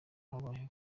babayeho